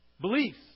Beliefs